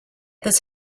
this